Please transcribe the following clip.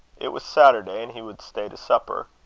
it was saturday, and he would stay to supper.